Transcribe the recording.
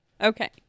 okay